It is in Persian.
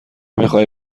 میخای